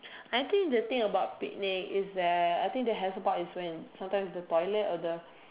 I think they will think about picnic is that I think they have about is when sometimes the toilet or the